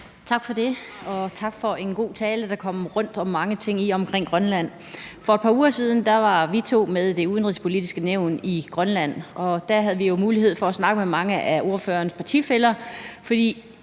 Tak for det, og tak for en god tale, der kom rundt om mange ting i og omkring Grønland. For et par uger siden var vi to med Det Udenrigspolitiske Nævn i Grønland, og der havde vi jo mulighed for at snakke med mange af ordførerens partifæller, fordi